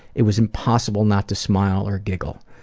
it was impossible not to smile or giggle.